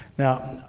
now,